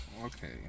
Okay